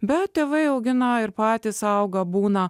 bet tėvai augina ir patys auga būna